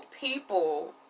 people